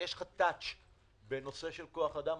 שיש לך נגיעה בנושא של כוח אדם.